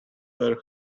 were